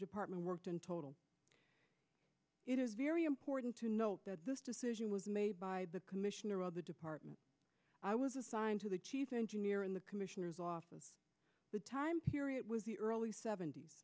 department worked in total it is very important to note that this decision was made by the commissioner of the department i was assigned to the chief engineer in the commissioner's office the time period was the early sevent